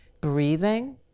breathing